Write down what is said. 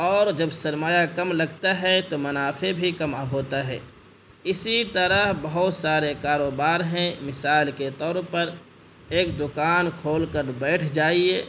اور جب سرمایہ کم لگتا ہے تو منافع بھی کم ہوتا ہے اسی طرح بہت سارے کاروبار ہیں مثال کے طور پر ایک دوکان کھول کر بیٹھ جائیے